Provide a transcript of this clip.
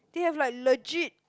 they have like legit